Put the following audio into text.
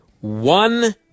one